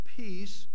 peace